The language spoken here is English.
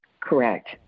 Correct